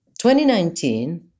2019